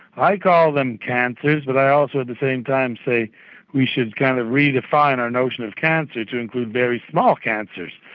i call them cancers but i also at the same time say we should kind of redefine our notion of cancer to include very small cancers.